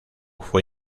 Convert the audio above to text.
fue